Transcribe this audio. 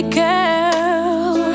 girl